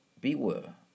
Beware